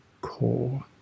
core